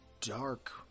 dark